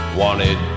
wanted